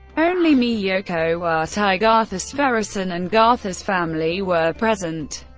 only miyoko watai, gardar sverrisson, and gardar's family were present.